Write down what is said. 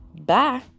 Bye